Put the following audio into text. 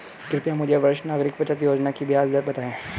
कृपया मुझे वरिष्ठ नागरिक बचत योजना की ब्याज दर बताएं